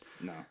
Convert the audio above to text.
No